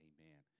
Amen